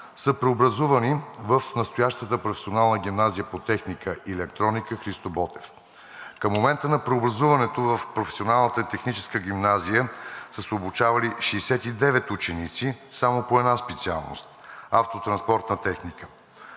са преобразувани в настоящата Професионална гимназия по техника и електроника „Христо Ботев“. Към момента на преобразуването в Професионалната техническа гимназия са се обучавали 69 ученици само по една специалност – „Автотранспортна техника“.